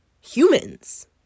humans